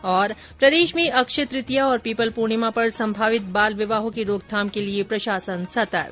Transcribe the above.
्र प्रदेश में अक्षय तृतीया और पीपल पूर्णिमा पर संभावित बाल विवाहों की रोकथाम के लिए प्रशासन सतर्क